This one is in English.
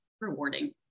rewarding